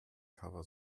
cover